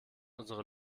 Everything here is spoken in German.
unsere